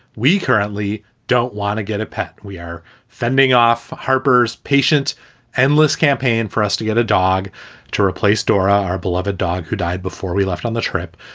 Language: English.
we currently don't want to get a pet. we are fending off harper's patients endless campaign for us to get a dog to replace dora, our beloved dog who died before we left on the trip.